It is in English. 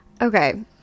Okay